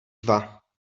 dva